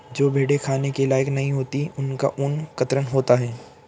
जो भेड़ें खाने के लायक नहीं होती उनका ऊन कतरन होता है